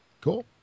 Cool